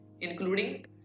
including